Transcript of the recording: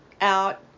out